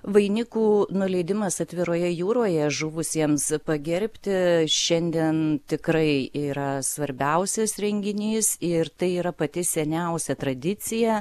vainikų nuleidimas atviroje jūroje žuvusiems pagerbti šiandien tikrai yra svarbiausias renginys ir tai yra pati seniausia tradicija